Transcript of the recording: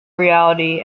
reality